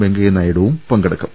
വെങ്കയ്യനായിഡു പങ്കെടുക്കും